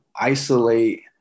isolate